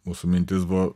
mūsų mintis buvo